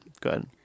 Good